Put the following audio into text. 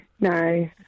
no